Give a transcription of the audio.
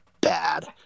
bad